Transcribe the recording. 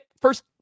first